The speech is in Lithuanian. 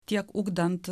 tiek ugdant